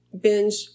binge